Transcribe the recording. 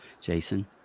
Jason